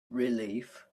relief